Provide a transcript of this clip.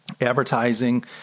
advertising